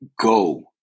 go